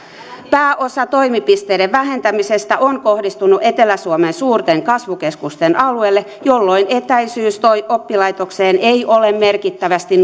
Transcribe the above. pääosa toimipisteiden vähentämisestä on kohdistunut etelä suomen suurten kasvukeskusten alueelle jolloin etäisyys oppilaitokseen ei ole merkittävästi